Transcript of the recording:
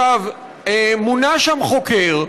מונה שם חוקר,